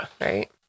Right